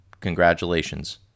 congratulations